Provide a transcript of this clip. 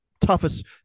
toughest